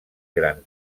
gran